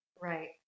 right